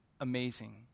amazing